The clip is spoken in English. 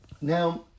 Now